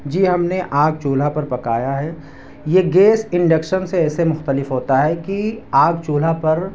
جی ہم نے آگ چولہا پر پکایا ہے یہ گیس انڈکشن سے ایسے مختلف ہوتا ہے کہ آگ چولہا پر